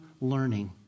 Learning